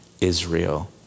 Israel